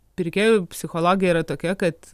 pirkėjų psichologija yra tokia kad